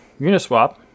Uniswap